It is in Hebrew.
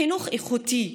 חינוך איכותי,